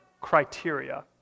criteria